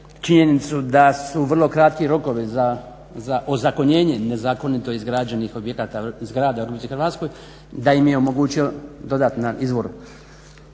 činjenicu da su vrlo kratki rokovi za ozakonjenje nezakonito izgrađenih objekata, zgrada u RH, da im je omogućio dodatan izvor